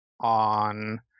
on